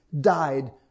died